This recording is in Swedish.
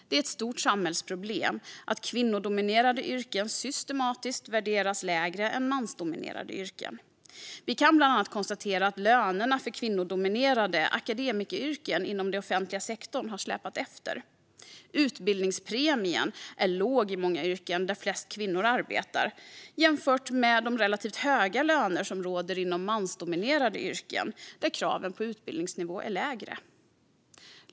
Det är ett stort samhällsproblem att kvinnodominerade yrken systematiskt värderas lägre än mansdominerade yrken. Vi kan bland annat konstatera att lönerna för kvinnodominerade akademikeryrken inom den offentliga sektorn har släpat efter. Utbildningspremien är låg i många yrken där flest kvinnor arbetar jämfört med de relativt höga löner som råder inom mansdominerade yrken där kraven på utbildningsnivå är lägre.